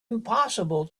impossible